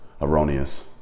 erroneous